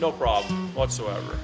no problem whatsoever